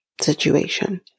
situation